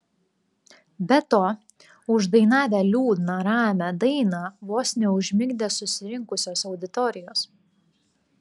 be to uždainavę liūdną ramią dainą vos neužmigdė susirinkusios auditorijos